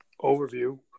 overview